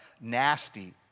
nasty